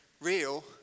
real